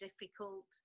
difficult